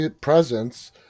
presence